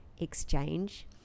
exchange